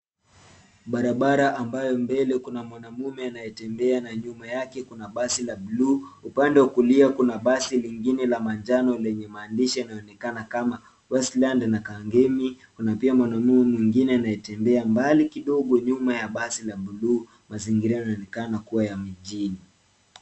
Barabara ambayo mbele kuna mwanaume anayetembea na nyuma yake kuna basi la buluu, upande wa kulia kuna basi lingine la manjano lenye maandishi yanaonekana kama Westland na Kangemi. Kuna pia mwanaume mwingine anayetembea mbali kidogo nyuma ya basi la buluu. Mazingira yanaonekana kuwa ya mjini.